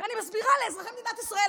אני מסבירה לאזרחי מדינת ישראל.